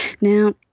Now